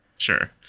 Sure